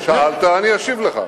שאלת, אני אשיב לך.